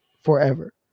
Forever